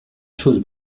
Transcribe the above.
choses